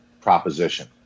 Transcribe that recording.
proposition